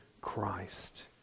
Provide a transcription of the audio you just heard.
Christ